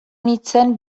nintzen